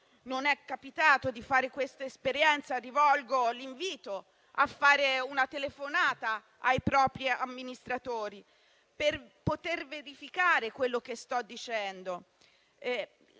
non è capitato di fare questa esperienza, rivolgo l'invito a fare una telefonata ai propri amministratori per poter verificare quello che sto dicendo).